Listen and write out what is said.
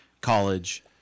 college